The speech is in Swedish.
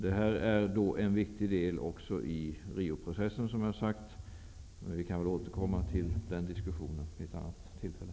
Detta är också en viktig del av Rioprocessen, men vi kan väl återkomma till den diskussionen vid ett annat tillfälle.